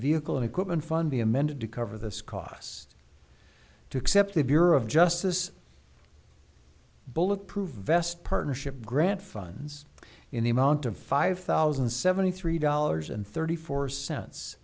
vehicle and equipment fund be amended to cover this cost to accept the bureau of justice bulletproof vest partnership grant funds in the amount of five thousand and seventy three dollars and thirty four cents